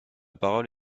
parole